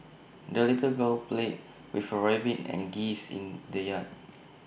the little girl played with her rabbit and geese in the yard